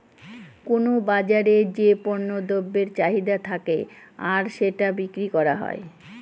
কোনো বাজারে যে পণ্য দ্রব্যের চাহিদা থাকে আর সেটা বিক্রি করা হয়